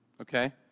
Okay